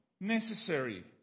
necessary